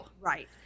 Right